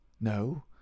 No